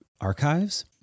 archives